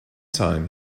time